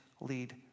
lead